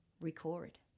record